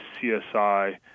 CSI